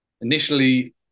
initially